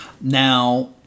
Now